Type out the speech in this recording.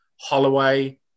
Holloway